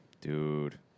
Dude